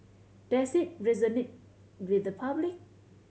does it resonate with the public